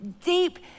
deep